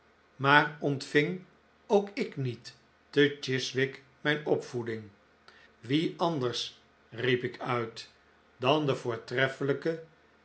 maar ontving ook ik niet te chiswick mijn opvoeding wie anders riep ik uit dan de voortreffelijke